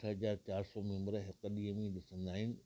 अठ हज़ार चारि सौ मेम्बर हिक ॾींहं में ई ॾिसंदा आहिनि